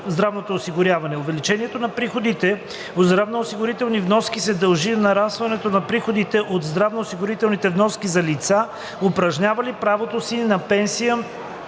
здравното осигуряване. Увеличението на приходите от здравноосигурителни вноски се дължи на нарастването на приходите от здравноосигурителни вноски за лицата, упражнили правото си на пенсия,